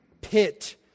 pit